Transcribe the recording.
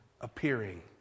appearing